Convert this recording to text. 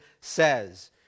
says